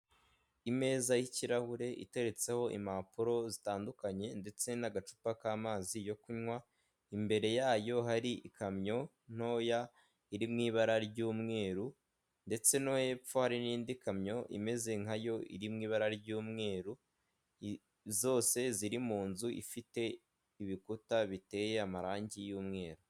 Imeza y'kirahure iteretseho impapuro zitandukanye ndetse n'agacupa k'amazi yo kunywa, imbere yayo hari ikamyo ntoya iri mu ibara ry'umweru, ndetse no hepfo hari n'indi kamyo imeze nkayo iri mu ibara ry'umweru zose ziri mu nzu ifite ibikuta biteye amarangi y'umweru.